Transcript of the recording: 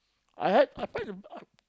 I had I find the